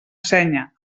senya